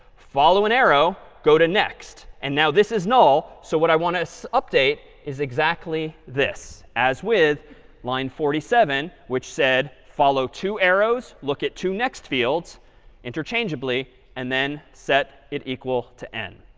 follow an arrow, go to next. and now this is null. so what i want to so update is exactly this, as with line forty seven, which said follow two arrows, look at two next fields interchangeably and then set it equal to n.